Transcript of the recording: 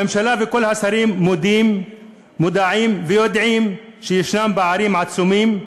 הממשלה וכל השרים מודים ומודעים ויודעים שיש פערים עצומים,